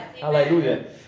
Hallelujah